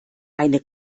eine